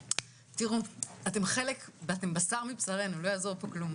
תראו אתם חלק ואתם בשר מבשרנו לא יעזור פה כלום,